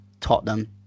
Tottenham